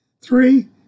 Three